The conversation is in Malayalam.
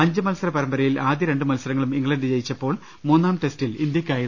അഞ്ച് മത്സര പര മ്പരയിൽ ആദ്യ രണ്ട് മത്സരങ്ങളും ഇംഗ്ലണ്ട് ജയിച്ചപ്പോൾ മൂന്നാം ടെസ്റ്റിൽ ഇന്തൃക്കായിരുന്നു ജയം